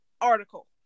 article